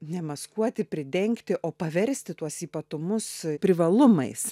nemaskuoti pridengti o paversti tuos ypatumus privalumais